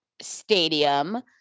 stadium